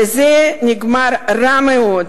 וזה נגמר רע מאוד: